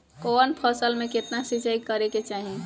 कवन फसल में केतना सिंचाई करेके चाही?